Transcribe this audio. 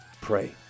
pray